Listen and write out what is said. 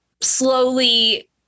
slowly